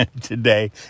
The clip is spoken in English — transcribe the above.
today